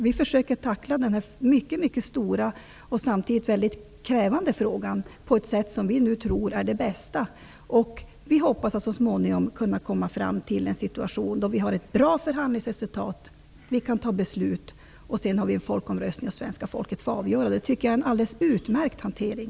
Vi försöker tackla den här mycket mycket stora och samtidigt väldigt krävande frågan på ett sätt som vi tror är det bästa. Vi hoppas att vi så småningom kommer att ha ett bra förhandlingsresultat, så att vi i partiet kan fatta beslut och att vi sedan har en folkomröstning där svenska folket får avgöra frågan. Det tycker jag är en alldeles utmärkt hantering.